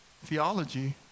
theology